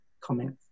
comments